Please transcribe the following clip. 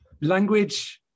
language